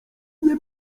nie